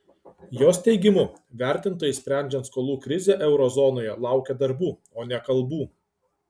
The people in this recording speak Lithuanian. jos teigimu vertintojai sprendžiant skolų krizę euro zonoje laukia darbų o ne kalbų